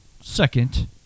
second